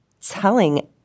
telling